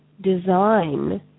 design